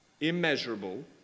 immeasurable